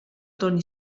toni